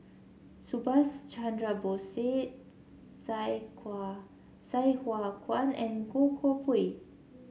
Subhas Chandra Bose Sai Hua Kuan and Goh Koh Pui